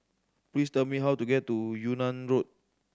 please tell me how to get to Yunnan Road